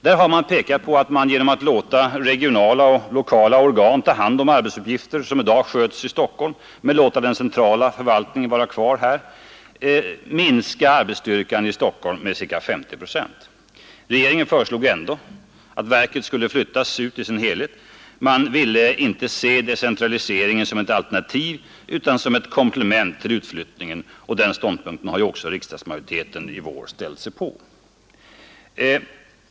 Där har man pekat på att man genom att låta regionala och lokala organ ta hand om arbetsuppgifter som i dag sköts i Stockholm men låta den centrala förvaltningen vara kvar här kan minska arbetsstyrkan i Stockholm med ca 50 procent. Regeringen föreslog ändå att verket skulle flyttas ut i sin helhet. Man ville inte se decentraliseringen som ett alternativ utan som ett komplement till utflyttningen, och den ståndpunkten har ju också riksdagsmajoriteten i vår intagit.